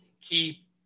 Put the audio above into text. keep